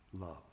love